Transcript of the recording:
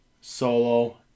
Solo